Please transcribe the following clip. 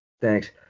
thanks